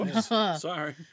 Sorry